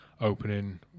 opening